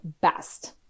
best